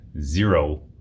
zero